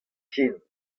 ken